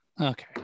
okay